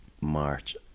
march